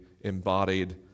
embodied